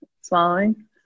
swallowing